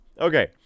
Okay